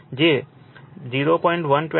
25 10 2 જે 0